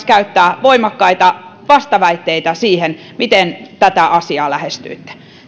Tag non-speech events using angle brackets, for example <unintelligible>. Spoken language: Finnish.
<unintelligible> käyttää voimakkaita vastaväitteitä siihen miten tätä asiaa lähestyitte